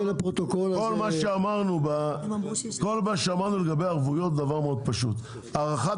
כל מה שאמרנו לגבי הערבויות זה דבר מאוד פשוט: הארכת